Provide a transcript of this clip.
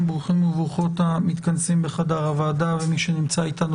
ברוכים וברוכות למתכנסים בחדר הוועדה ומי שנמצא אתנו